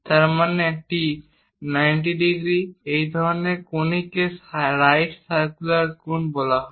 তার মানে এটি 90 ডিগ্রি এই ধরনের কনিককে রাইট সারকুলার কোন বলা হয়